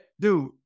dude